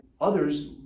Others